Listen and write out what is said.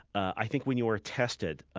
i think when you are tested,